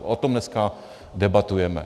O tom dneska debatujeme.